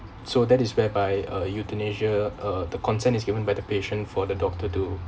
so that is whereby uh euthanasia uh the consent is given by the patient for the doctor to